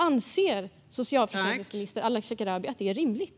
Anser socialförsäkringsminister Ardalan Shekarabi att det är rimligt?